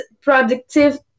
productive